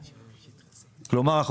כלומר,